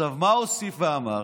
עכשיו, מה הוסיף ואמר?